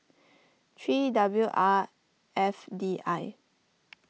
three W R F D I